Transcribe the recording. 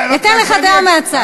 אתן לך דעה מהצד.